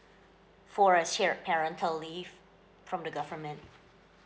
for a shared parental leave from the government